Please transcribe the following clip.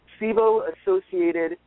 SIBO-associated